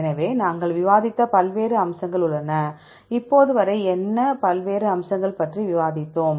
எனவே நாங்கள் விவாதித்த பல்வேறு அம்சங்கள் உள்ளன இப்போது வரை என்ன பல்வேறு அம்சங்கள் பற்றி விவாதித்தோம்